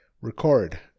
Record